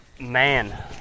man